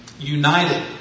United